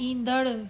ईंदड़ु